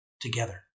together